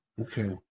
Okay